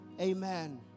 Amen